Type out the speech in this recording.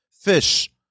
Fish